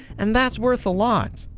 and that's worth a lot.